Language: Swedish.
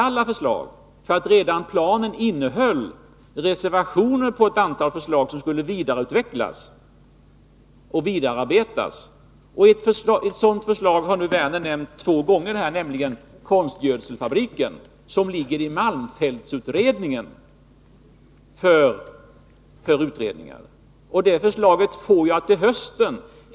Alla förslagen finns inte med, för planen innehöll reservationer på ett antal förslag som skulle vidareutvecklas och bearbetas. Ett sådant förslag har Lars Werner nämnt två gånger, nämligen konstgödselfabriken, som utreds av malmfältsutredningen. Det förslaget får jag till hösten.